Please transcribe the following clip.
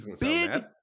big